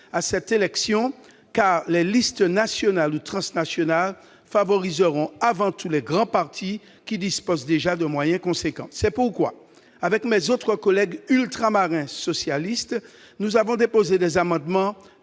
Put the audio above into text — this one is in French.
à cette élection, car les listes nationales ou transnationales favoriseront avant tout les grands partis, qui disposent déjà de moyens importants. C'est pourquoi mes autres collègues ultramarins socialistes et moi-même avons déposé des amendements